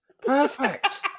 Perfect